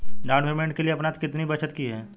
Down payment के लिए आपने कितनी बचत की है?